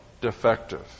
defective